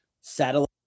satellite